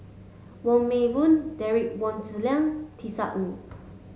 Wong Meng Voon Derek Wong Zi Liang Tisa Ng